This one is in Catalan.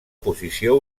posició